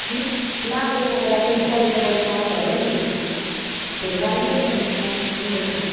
माघे सङ्क्रान्ति पहिलो वैशाखहरू पनि धुमधामले मनाउँछ भनेको सुनेको थिएँ कि